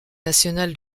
national